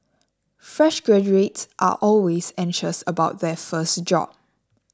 fresh graduates are always anxious about their first job